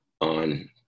on